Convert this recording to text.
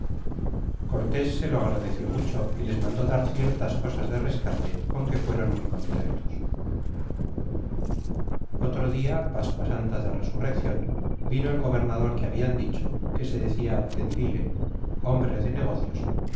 cortes se lo agradeció mucho y les mandó dar ciertas cosas de rescate con que fueron muy contentos y otro dia pascua santa de resurreccion vino el gobernador que habian dicho que se decia tendile hombre de negocios